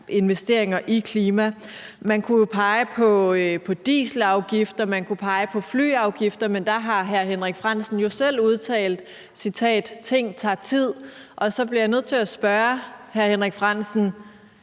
investeringer i klima. Man kunne jo pege på dieselafgifter, man kunne pege på flyafgifter, men der har hr. Henrik Frandsen jo selv udtalt: Ting tager tid. Og så bliver jeg nødt til at spørge hr. Henrik Frandsen: